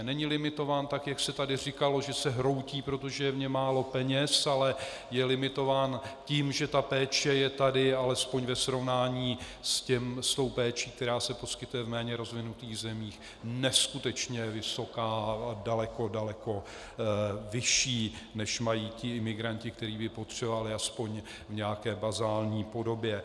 Není limitován tak, jak se tady říkalo, že se hroutí, protože je v něm málo peněz, ale je limitován tím, že péče je tady alespoň ve srovnání s péčí, která se poskytuje v méně rozvinutých zemích, neskutečně vysoká a daleko, daleko vyšší, než mají ti imigranti, kteří by ji potřebovali alespoň v nějaké bazální podobě.